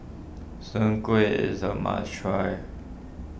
Soon Kuih is a must try